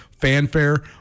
fanfare